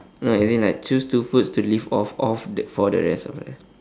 no as in like choose two foods to live off of th~ for the rest of your life